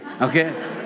Okay